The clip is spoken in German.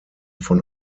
von